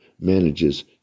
manages